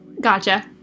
Gotcha